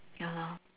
ya lor